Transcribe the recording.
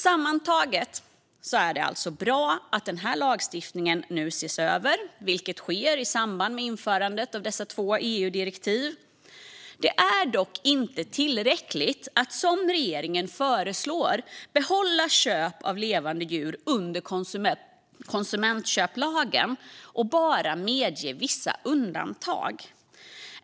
Sammantaget är det alltså bra att den här lagstiftningen nu ses över, vilket sker i samband med införandet av dessa två EU-direktiv. Det är dock inte tillräckligt att, som regeringen föreslår, behålla köp av levande djur under konsumentköplagen och bara medge vissa undantag.